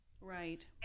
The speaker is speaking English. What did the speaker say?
Right